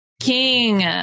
king